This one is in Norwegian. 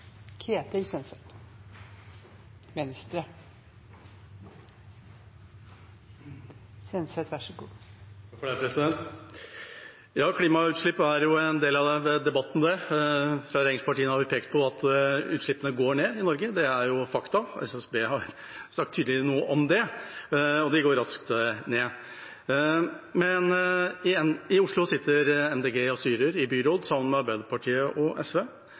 en del av debatten. Fra regjeringspartiene har vi pekt på at utslippene går ned i Norge – det er fakta, SSB har tydelig sagt noe om det – og de går raskt ned. I Oslo sitter Miljøpartiet De Grønne og styrer i byråd sammen med Arbeiderpartiet og SV,